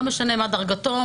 לא משנה מה דרגתו,